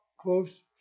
close